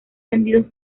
vendidos